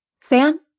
Sam